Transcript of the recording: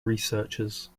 researchers